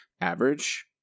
average